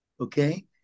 okay